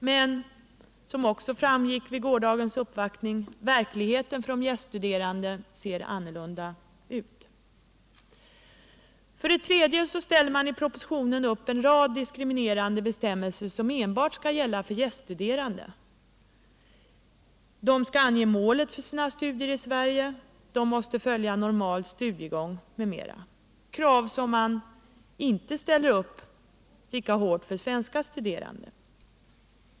Men — som också framgick vid gårdagens uppvaktning — verkligheten för de gäststuderande ser annorlunda ut. För det tredje ställer man i propositionen upp en rad diskriminerande bestämmelser som skall gälla enbart gäststuderande. De skall ange målet för sina studier i Sverige, de måste följa normal studiegång m.m. Man ställer inte upp lika hårda krav för svenska studerande.